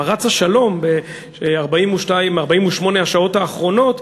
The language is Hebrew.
פרץ השלום ב-42 48 השעות האחרונות,